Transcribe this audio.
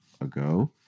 ago